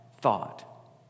thought